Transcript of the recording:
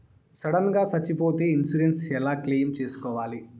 Sudden గా సచ్చిపోతే insurance ఎలా క్లెయిమ్ సేసుకోవాలి?